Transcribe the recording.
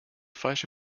falsche